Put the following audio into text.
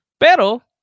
Pero